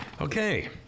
Okay